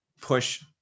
push